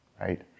right